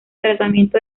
tratamiento